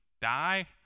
die